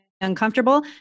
uncomfortable